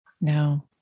No